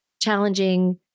challenging